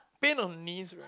pain on knees right